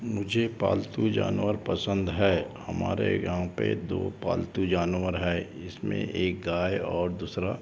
मुझे पालतू जानवर पसंद है हमारे गाँव पर दो पालतू जानवर है इसमें एक गाय और दूसरा